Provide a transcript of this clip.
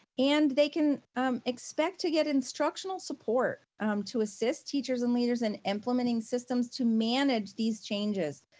and they can expect to get instructional support to assist teachers and leaders in implementing systems to manage these changes.